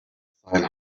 sein